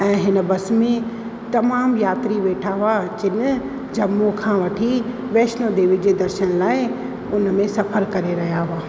ऐं हिन बसि में तमामु यात्री वेठा हुआ जंहिं में जम्मू खां वठी वैष्णो देवी जे दर्शन लाइ उन में सफ़रु करे रहिया हुआ